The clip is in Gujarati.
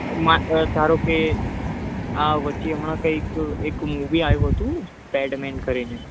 મા ધારો કે આ વચ્ચે હમણાં કઈક એક મૂવી આવ્યું હતું પેડમેન કરીને